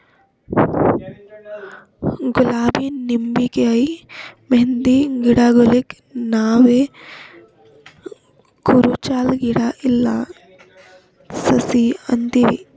ಗುಲಾಬಿ ನಿಂಬಿಕಾಯಿ ಮೆಹಂದಿ ಗಿಡಗೂಳಿಗ್ ನಾವ್ ಕುರುಚಲ್ ಗಿಡಾ ಇಲ್ಲಾ ಸಸಿ ಅಂತೀವಿ